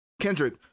Kendrick